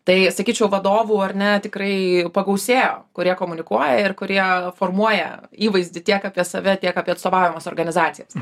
tai sakyčiau vadovų ar ne tikrai pagausėjo kurie komunikuoja ir kurie formuoja įvaizdį tiek apie save tiek apie atstovaujamas organizacijas